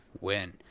win